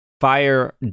fire